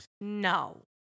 No